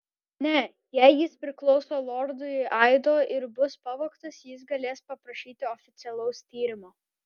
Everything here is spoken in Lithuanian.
ne jei jis priklauso lordui aido ir bus pavogtas jis galės paprašyti oficialaus tyrimo